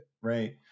right